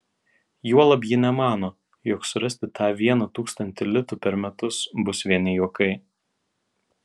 juolab ji nemano jog surasti tą vieną tūkstantį litų per metus bus vieni juokai